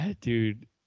Dude